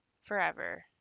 forever